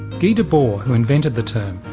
guy debord, who invented the term,